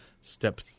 Step